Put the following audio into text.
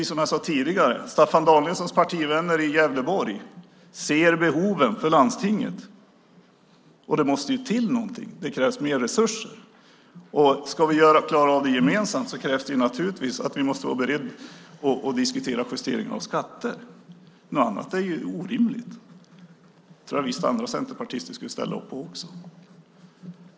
Som jag tidigare sagt: Staffan Danielssons partivänner i Gävleborg ser landstingets behov. Någonting måste till; det krävs mer resurser. För att klara av det gemensamt krävs det naturligtvis att vi är beredda att diskutera justeringar på skattesidan. Något annat är orimligt. Jag tror visst att andra centerpartister skulle ställa upp på det.